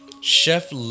Chef